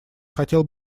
хотел